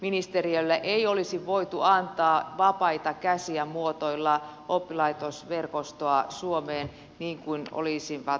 ministeriölle ei olisi voitu antaa vapaita käsiä muotoilla oppilaitosverkostoa suomeen niin kuin olisivat halunneet